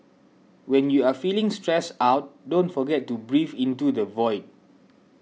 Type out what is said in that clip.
when you are feeling stressed out don't forget to breathe into the void